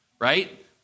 right